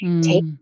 Take